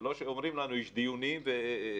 לא שאומרים לנו: יש דיונים וזהו.